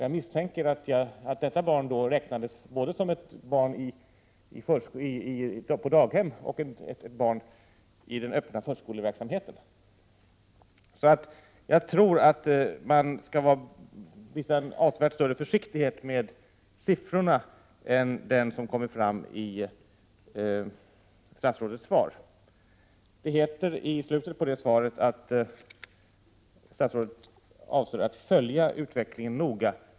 Jag misstänker att detta barn räknades både som ett barn på daghem och som ett barn i den öppna förskoleverksamheten. Jag tror man skall visa större försiktighet med siffror än den som kommer till uttryck i statsrådets svar. I slutet av svaret står det att statsrådet avser att följa utvecklingen noga.